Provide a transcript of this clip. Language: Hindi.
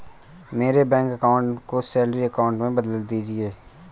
मेरे बैंक अकाउंट को सैलरी अकाउंट में बदल दीजिए